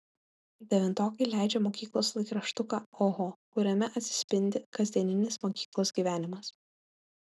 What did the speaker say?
devintokai leidžia mokyklos laikraštuką oho kuriame atsispindi kasdieninis mokyklos gyvenimas